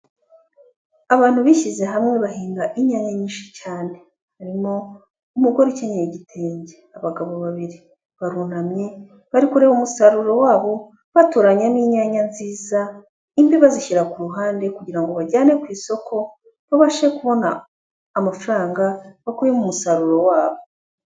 Abantu bishyize hamwe bahinga inka nyinshi cyane, harimo umugore ukenyeye igitenge, abagabo babiri barunamye bari kureba umusaruro wabo baturanyamo inyanya nziza, imbi bazishyira ku ruhande kugira ngo bajyane ku isoko bababashe kubona amafaranga bakuye mu musaruro wabo.